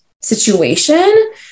situation